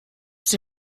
sie